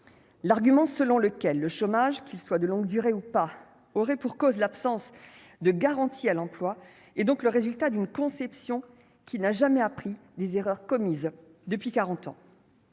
l'argument selon lequel le chômage qu'il soit de longue durée ou pas, or et pour cause, l'absence de garanties à l'emploi et donc le résultat d'une conception qui n'a jamais appris des erreurs commises depuis 40 ans.